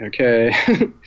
okay